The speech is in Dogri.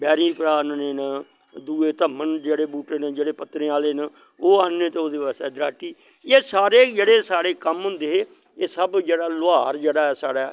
बैरी उप्परा आह्नने न दुए धम्मन जेह्ड़े बूह्टे जेह्ड़े पत्तरें ओह्ले न ओह् आह्नने ते ओह्दे बास्तै दराटी एह् सारे जेह्ड़े साढ़े कम्म होंदे हे एह् सब जेह्ड़ा लुहार जेह्ड़ा ऐ साढ़ै